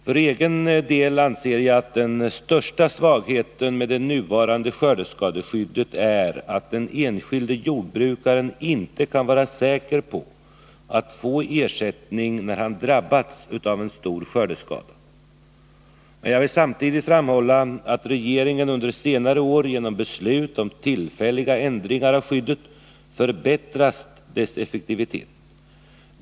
För egen del anser jag att den största svagheten med det nuvarande skördeskadeskyddet är att den enskilde jordbrukaren inte kan vara säker på att få ersättning när han drabbats av en stor skördeskada. Jag vill dock samtidigt framhålla att regeringen under senare år genom beslut om tillfälliga ändringar av skyddet förbättrat dess effektivitet.